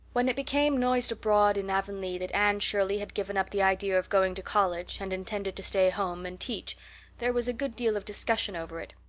when it became noised abroad in avonlea that anne shirley had given up the idea of going to college and intended to stay home and teach there was a good deal of discussion over it.